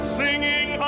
singing